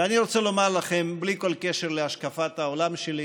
ואני רוצה לומר לכם, בלי כל קשר להשקפת העולם שלי: